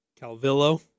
Calvillo